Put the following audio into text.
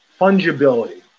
fungibility